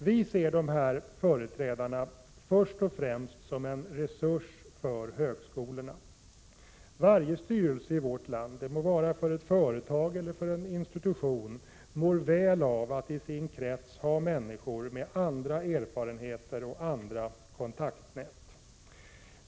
Vi ser däremot dessa företrädare först och främst som en resurs för högskolorna. Varje styrelse i vårt land — det må vara för ett företag eller en institution — mår väl av att i sin krets ha människor med andra erfarenheter och andra kontaktnät.